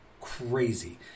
crazy